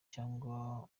cyangwa